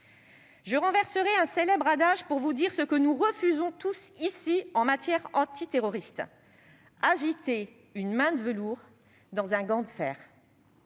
Je renverserai un célèbre adage pour vous dire ce que nous refusons tous ici en matière antiterroriste : agiter une main de velours dans un gant de fer.